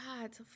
God